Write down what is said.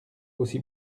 aussi